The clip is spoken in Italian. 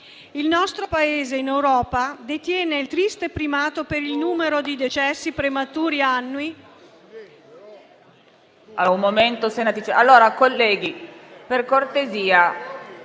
Il nostro Paese in Europa detiene il triste primato per il numero di decessi prematuri annui.